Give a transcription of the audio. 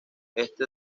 este